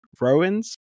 Rowan's